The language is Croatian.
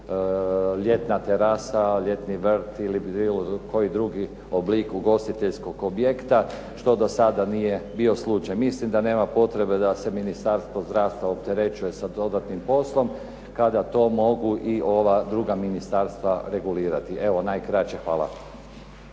ljetna terasa, ljetni vrt ili bilo koji drugi oblik ugostiteljskog objekta što do sada nije bio slučaj. Mislim da nema potrebe da se Ministarstvo zdravstva opterećuje sa dodatnim poslom kada to mogu i ova druga ministarstva regulirati. Evo, najkraće. Hvala.